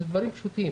אלה דברים ברורים.